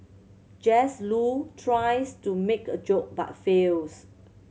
Jesse Loo tries to make a joke but fails